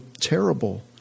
terrible